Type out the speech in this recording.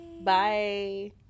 Bye